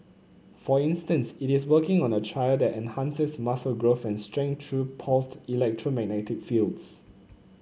for instance it is working on a trial that enhances muscle growth and strength through pulsed electromagnetic fields